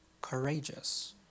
courageous